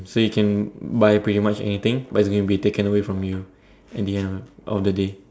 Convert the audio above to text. so you can buy pretty much anything but it's gonna be taken away from you at the end of the day